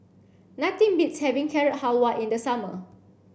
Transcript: nothing beats having Carrot Halwa in the summer